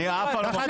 חברים,